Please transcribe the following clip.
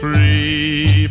Free